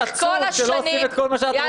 --- עצוב שלא עושים את כל מה שאת רוצה.